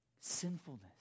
sinfulness